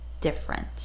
different